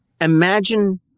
imagine